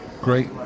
great